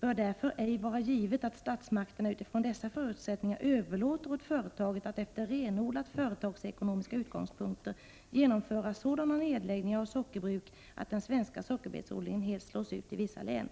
bör därför ej vara givet att statsmakterna utifrån dessa förutsättningar överlåter åt företaget att efter renodlat företagsekonomiska utgångspunkter genomföra sådana nedläggningar av sockerbruk att den svenska sockerbetsodlingen helt slås ut i vissa län.